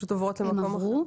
הן עברו.